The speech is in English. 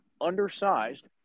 undersized